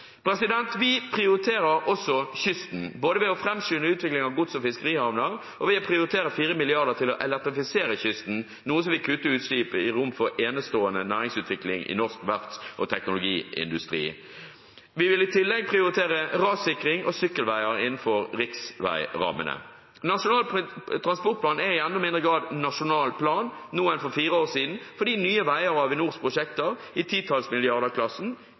Vi prioriterer også kysten, både ved å framskynde utviklingen av gods- og fiskerihavner og ved å prioritere 4 mrd. kr til å elektrifisere kysten, noe som vil kutte utslipp og gi rom for enestående næringsutvikling i norsk verfts- og teknologiindustri. Vi vil i tillegg prioritere rassikring og sykkelveier innenfor riksveirammene. Nasjonal transportplan er i enda mindre grad nasjonal plan nå enn for fire år siden, fordi Nye Veier og Avinors prosjekter i titalls